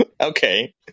okay